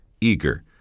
eager